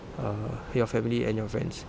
err your family and your friends